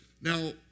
now